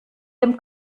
dem